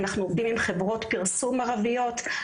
אנחנו עובדים עם חברות פרסום ערביות,